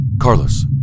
Carlos